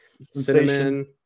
cinnamon